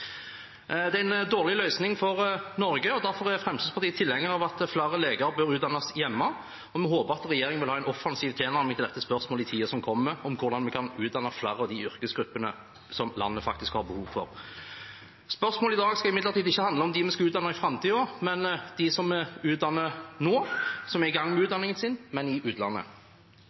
Det er en dårlig løsning for Norge. Derfor er Fremskrittspartiet tilhenger av at flere leger bør utdannes hjemme, og vi håper at regjeringen vil ha en offensiv tilnærming til dette spørsmålet i tiden som kommer, hvordan vi kan utdanne flere blant de yrkesgruppene som landet faktisk har behov for. Spørsmålet i dag skal imidlertid ikke handle om dem vi skal utdanne i framtiden, men dem som vi utdanner nå, som er i gang med utdanningen sin, men i utlandet.